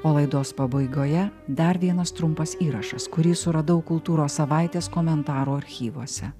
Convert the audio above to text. o laidos pabaigoje dar vienas trumpas įrašas kurį suradau kultūros savaitės komentaro archyvuose